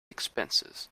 expenses